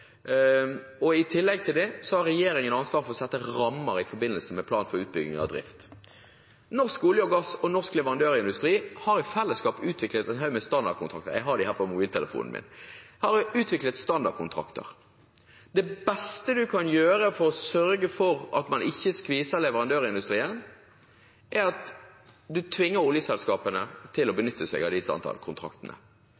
og i tillegg har regjeringen ansvaret for å sette rammer i forbindelse med plan for utbygging og drift. Norsk olje og gass og norsk leverandørindustri har i fellesskap utviklet en haug med standardkontrakter – jeg har dem her på mobiltelefonen min. Det beste en kan gjøre for å sørge for ikke å skvise leverandørindustrien, er å tvinge oljeselskapene til å